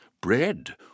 Bread